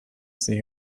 see